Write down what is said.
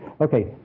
Okay